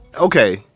okay